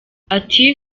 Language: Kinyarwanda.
ati